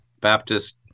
baptist